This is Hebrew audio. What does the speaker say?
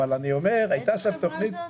אבל אני אומר שהייתה שם תוכנית --- איזו חברה זאת?